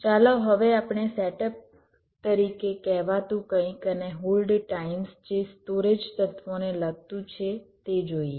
ચાલો હવે આપણે સેટઅપ તરીકે કહેવાતું કંઇક અને હોલ્ડ ટાઇમ્સ જે સ્ટોરેજ તત્વોને લગતું છે તે જોઈએ